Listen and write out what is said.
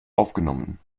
aufgenommen